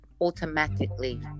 automatically